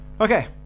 Okay